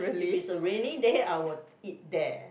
if is a rainy day I will eat there